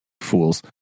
fools